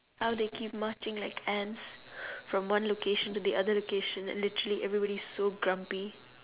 how they keep marching like ants from one location to the other location literally everybody's so grumpy